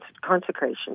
Consecration